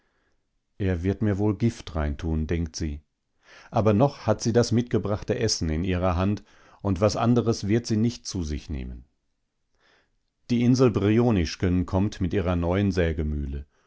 er wird mir wohl gift reintun denkt sie aber noch hat sie das mitgebrachte essen in ihrer hand und was anderes wird sie nicht zu sich nehmen die insel brionischken kommt mit ihrer neuen sägemühle